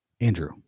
Andrew